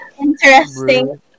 Interesting